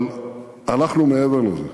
אבל אנחנו מעבר לזה,